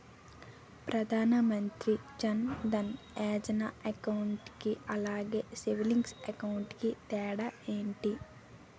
Pradhan Mantri Jan Dhan Yojana account కి అలాగే savings account కి తేడా ఏంటి?